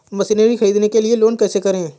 Machinery ख़रीदने के लिए लोन कैसे करें?